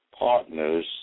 partners